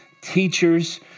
teachers